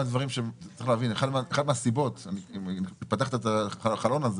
אם פתחת את החלון הזה